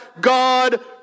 God